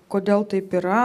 kodėl taip yra